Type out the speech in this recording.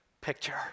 picture